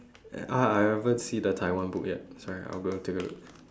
ah I haven't see the taiwan book yet sorry I'll go and take a look